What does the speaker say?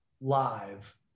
live